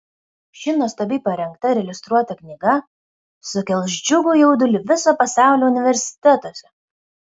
ši nuostabiai parengta ir iliustruota knyga sukels džiugų jaudulį viso pasaulio universitetuose